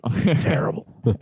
Terrible